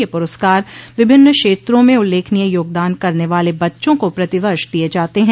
ये पुरस्कार विभिन्न क्षेत्रों में उल्लेखनीय योगदान करने वाले बच्चों का प्रतिवर्ष दिये जाते हैं